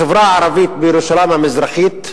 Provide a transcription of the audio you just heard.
החברה הערבית בירושלים המזרחית "נהנית"